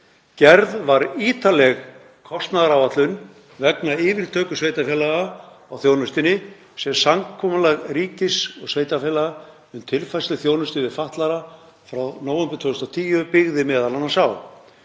Gerð var ítarleg kostnaðaráætlun vegna yfirtöku sveitarfélaga á þjónustunni, sem samkomulag ríkis og sveitarfélaga um tilfærslu þjónustu við fatlaða, frá nóvember 2010, byggði meðal annars á.